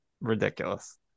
ridiculous